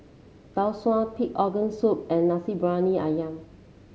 Tau Suan Pig Organ Soup and Nasi Briyani ayam